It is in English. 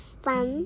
fun